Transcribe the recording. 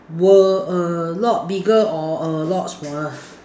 will a lot bigger or a lot smaller